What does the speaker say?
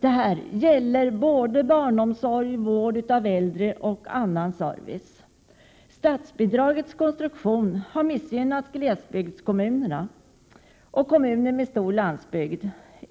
Detta gäller såväl barnomsorg och vård av äldre som annan service. Statsbidragets konstruktion har missgynnat glesbygdskommunerna och kommuner med stor landsbygd.